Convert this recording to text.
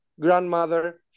Grandmother